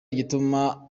igituma